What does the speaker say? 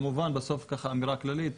כמובן אמירה כללית,